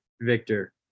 Victor